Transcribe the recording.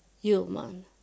human